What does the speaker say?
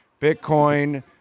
Bitcoin